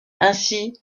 ainsi